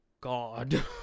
God